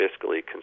fiscally